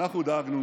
אנחנו דאגנו